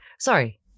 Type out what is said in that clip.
Sorry